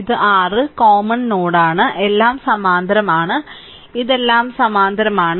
ഇത് r common നോഡാണ് എല്ലാം സമാന്തരമാണ് ഇത് എല്ലാം സമാന്തരമാണ്